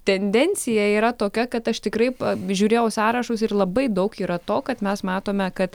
tendencija yra tokia kad aš tikrai apžiūrėjau sąrašus ir labai daug yra to kad mes matome kad